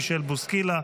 מישל בוסקילה,